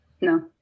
No